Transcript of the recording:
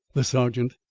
the sergeant,